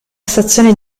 stazione